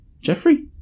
jeffrey